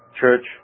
church